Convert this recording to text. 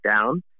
down